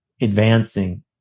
advancing